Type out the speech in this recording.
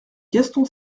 gaston